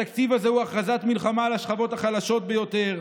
התקציב הזה הוא הכרזת מלחמה על השכבות החלשות ביותר.